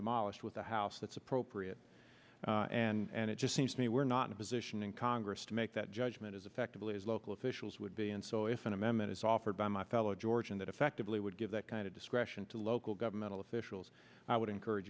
demolished with a house that's appropriate and it just seems to me we're not in a position in congress to make that judgment as effectively as local officials would be and so if an amendment is offered by my fellow georgian that effectively would give that kind of discretion to local governmental officials i would encourage